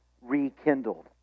rekindled